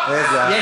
אני שמעתי, שמעתי.